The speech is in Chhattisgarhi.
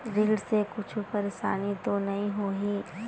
ऋण से कुछु परेशानी तो नहीं होही?